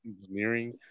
engineering